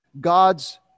God's